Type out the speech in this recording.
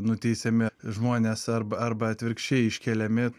nuteisiami žmones arba arba atvirkščiai iškeliami